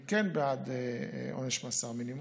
אני כן בעד עונש מאסר מינימום,